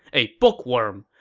a bookworm!